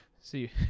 See